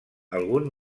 algun